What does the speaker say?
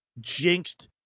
jinxed